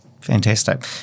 Fantastic